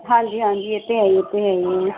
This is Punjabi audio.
ਹਾਂਜੀ ਹਾਂਜੀ ਇਹ ਤਾਂ ਹੈ ਹੀ ਇਹ ਤਾਂ ਹੈ ਹੀ